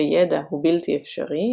שידע הוא בלתי אפשרי,